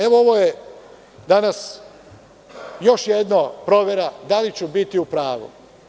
Evo, ovo je danas još jedna provera da li ću biti u pravu.